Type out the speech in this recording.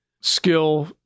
skill